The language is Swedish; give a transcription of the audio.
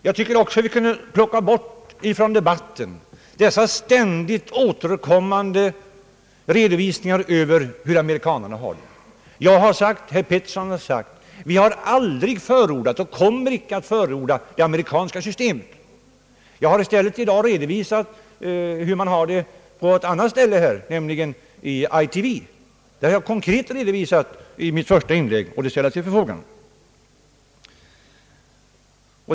Jag tycker också att vi kunde plocka bort ur debatten dessa ständigt återkommande redovisningar av hur ameri kanerna har det. Både jag och herr Peterson har sagt att vi aldrig förordat och icke kommer att förorda det amerikanska systemet. I mitt första inlägg har jag i stället konkret redovisat hur man har det i ITV, och det materialet ställer jag till förfogande.